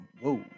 Whoa